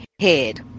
head